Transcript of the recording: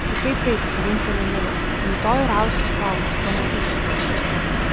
tikrai taip linkteli lila rytoj rausis plaukus pamatysite